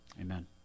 Amen